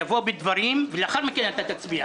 יבוא בדברים, ולאחר מכן אתה תצביע.